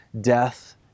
death